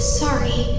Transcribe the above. sorry